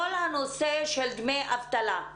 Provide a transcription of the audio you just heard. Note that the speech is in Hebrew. זה כל הנושא של דמי אבטלה.